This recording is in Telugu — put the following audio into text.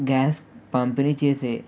గ్యాస్ పంపిణీ చేసే